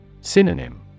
Synonym